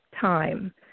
time